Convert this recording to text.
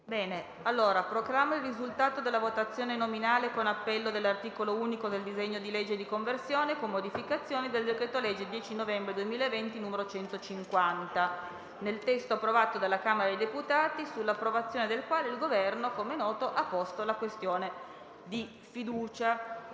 dei voti).* Proclamo il risultato della votazione nominale con appello dell'articolo unico del disegno di legge n. 2045, di conversione in legge, con modificazioni, del decreto-legge 10 novembre 2020, n. 150, nel testo approvato dalla Camera dei deputati, sull'approvazione del quale il Governo ha posto la questione di fiducia: